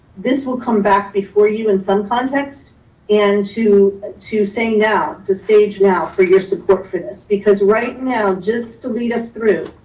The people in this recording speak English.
this will come back before you, in some context and to ah to saying now to stage now for your support for this, because right now, just to lead us through,